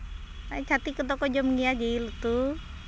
ᱟᱨ ᱪᱷᱟᱹᱛᱤᱠ ᱠᱚᱫᱚ ᱠᱚ ᱡᱚᱢᱼᱧᱩᱭᱟ ᱡᱤᱞ ᱩᱛᱩ